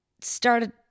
started